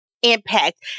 Impact